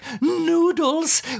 noodles